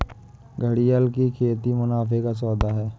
घड़ियाल की खेती मुनाफे का सौदा है